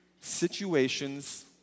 situations